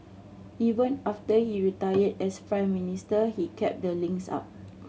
even after he retired as Prime Minister he kept the links up